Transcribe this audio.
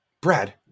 Brad